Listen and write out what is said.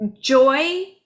joy